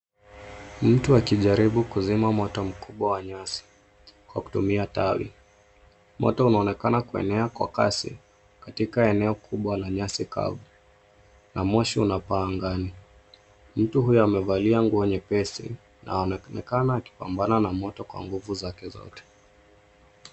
Mtu akijaribu kuzima moto mkubwa wa nyasi kwa kutumia tawi. Moto unaonekana kuenea kwa kasi katika eneo kubwa la nyasi kavu na moshi unapaa angani. Mtu huyo amevalia nguo nyepesi na anaonekana akipambana na moto kwa nguvu zake zote.